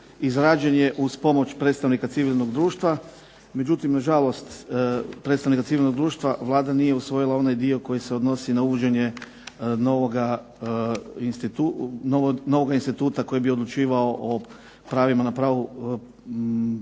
izrađen je uz pomoć predstavnika civilnog društva, međutim na žalost predstavnika civilnog društva Vlada nije usvojila onaj dio koji se odnosi na uvođenje novoga instituta koji bi odlučivao o pravima na pravo pristup